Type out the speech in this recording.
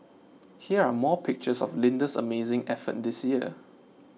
here are more pictures of Linda's amazing effort this year